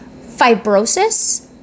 Fibrosis